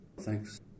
Thanks